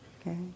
Okay